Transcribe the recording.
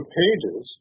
pages